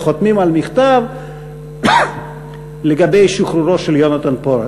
שחותמים על מכתב לגבי שחרורו של יהונתן פולארד.